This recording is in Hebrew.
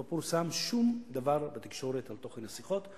לא פורסם שום דבר בתקשורת על תוכן השיחות,